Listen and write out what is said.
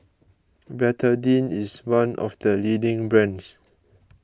Betadine is one of the leading brands